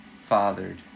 fathered